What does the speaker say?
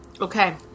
Okay